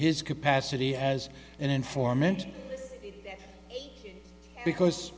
his capacity as an informant because